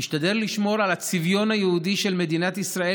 נשתדל לשמור על הצביון היהודי של מדינת ישראל